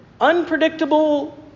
unpredictable